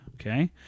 Okay